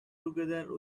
together